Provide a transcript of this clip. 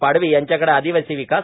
पाडवी यांच्याकडे आदिवासी विकास